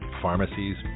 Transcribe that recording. pharmacies